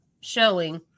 showing